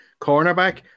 cornerback